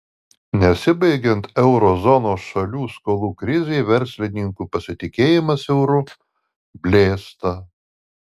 nesibaigiant euro zonos šalių skolų krizei verslininkų pasitikėjimas euru blėsta